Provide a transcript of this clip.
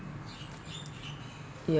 ya